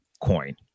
coin